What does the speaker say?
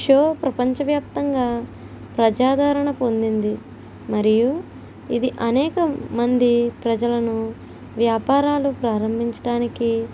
show ప్రపంచవ్యాప్తంగా ప్రజ ఆధారణ పొందింది మరియు ఇది అనేక మంది ప్రజలను వ్యాపారాలు ప్రారంభించటానికి